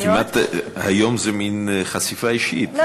היום זה מין חשיפה אישית.